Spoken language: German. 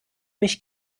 mich